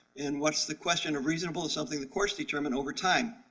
and what's the question of reasonable is something the courts determine over time.